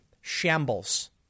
shambles